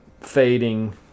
fading